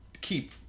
keep